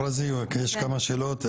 יש כמה שאלות.